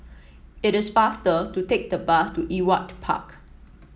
it is faster to take the bus to Ewart Park